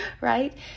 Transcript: right